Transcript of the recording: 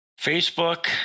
Facebook